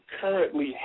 currently